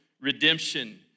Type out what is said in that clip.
redemption